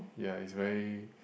ya it's very